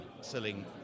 selling